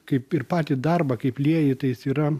kaip ir patį darbą kaip lieji tai jis yra